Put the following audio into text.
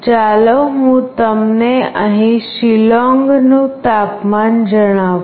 ચાલો હું તમને અહીં શિલોંગનું તાપમાન જણાવું